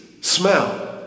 smell